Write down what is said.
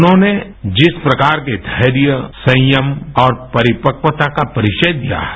उन्होंने जिस प्रकार के धैर्य संयम और परिपक्वता का परिचय दिया है